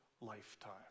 lifetime